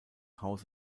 haus